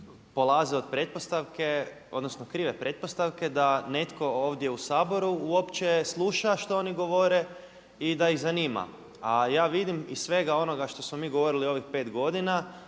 polaze od pretpostavke, odnosno krive pretpostavke da netko ovdje u Saboru uopće sluša što oni govore i da ih zanima, a ja vidim iz svega onoga što smo mi govorili u ovih pet godina,